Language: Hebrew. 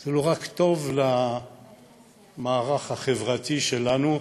זה לא רק טוב למערך החברתי שלנו,